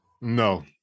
No